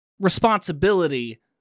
responsibility